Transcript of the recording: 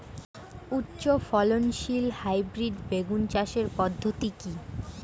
উচ্চ ফলনশীল হাইব্রিড বেগুন চাষের পদ্ধতি কী?